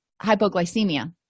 hypoglycemia